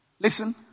Listen